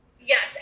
Yes